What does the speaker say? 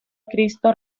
cristo